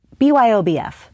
BYOBF